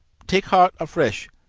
take heart afresh,